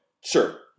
sure